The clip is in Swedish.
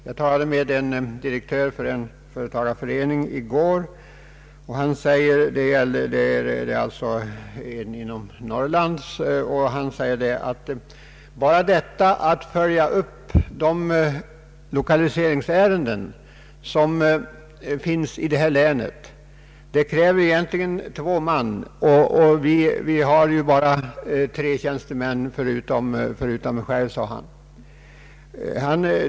Jag talade i går med en direktör för en företagareförening i ett Norrlandslän. Han sade att bara uppföljningen av lokaliseringsärenden inom hans län krävde två man, och de hade bara tre tjänstemän förutom honom själv.